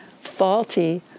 faulty